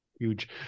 huge